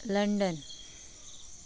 London